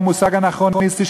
הוא מושג אנכרוניסטי,